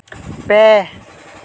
ᱯᱮ